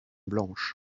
blanche